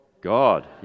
God